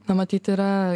na matyt yra